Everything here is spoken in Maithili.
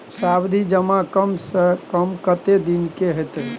सावधि जमा कम से कम कत्ते दिन के हते?